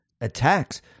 attacks